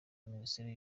minisiteri